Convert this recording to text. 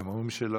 הם אומרים שלא.